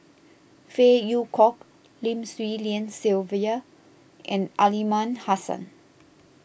Phey Yew Kok Lim Swee Lian Sylvia and Aliman Hassan